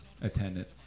attendant